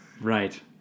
Right